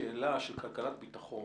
שאלה של כלכלת ביטחון,